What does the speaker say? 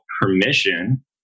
permission